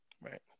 Right